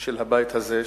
של הבית הזה,